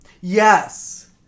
Yes